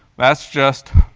that's just